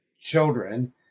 children